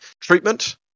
treatment